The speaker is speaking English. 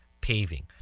paving